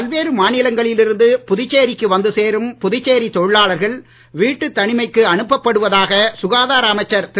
பல்வேறு மாநிலங்களில் இருந்து புதுச்சேரிக்கு வந்து சேரும் புதுச்சேரி தொழிலாளர்கள் வீட்டுத் தனிமைக்கு அனுப்பப் படுவதாக சுகாதார அமைச்சர் திரு